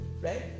right